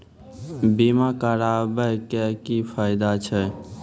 बीमा कराबै के की फायदा छै?